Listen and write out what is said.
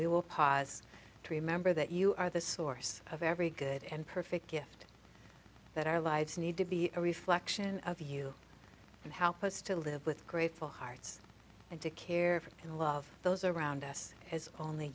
we will pause to remember that you are the source of every good and perfect gift that our lives need to be a reflection of you and how to live with grateful hearts to care for and love those around us as only